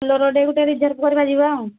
ବୋଲେରୋଟେ ଗୋଟେ ରିଜର୍ଭ କରିବା ଯିବା ଆଉ